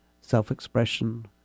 self-expression